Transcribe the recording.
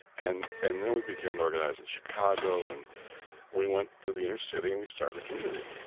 and and then we began to organize in chicago. and we went to the inner city and we started a community.